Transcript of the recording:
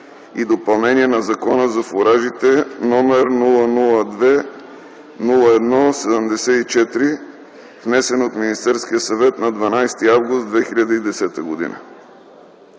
и допълнение на Закона за фуражите, № 002-01-74, внесен от Министерския съвет на 12 август 2010 г.